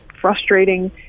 frustrating